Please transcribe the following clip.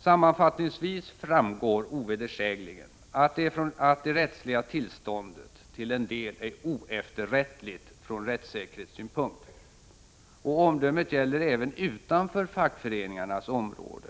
Sammanfattningsvis framgår ovedersägligen att det rättsliga tillståndet till en del är oefterrättligt från rättssäkerhetssynpunkt. Och omdömet gäller även utanför fackföreningarnas område.